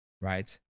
right